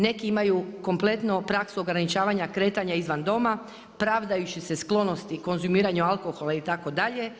Neki imaju kompletno praksu ograničavanja kretanja izvan doma pravdajući se sklonosti konzumiranju alkohola itd.